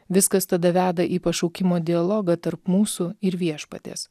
viskas tada veda į pašaukimo dialogą tarp mūsų ir viešpaties